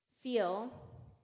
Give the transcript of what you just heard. feel